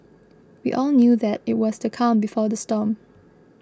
we all knew that it was the calm before the storm